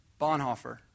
Bonhoeffer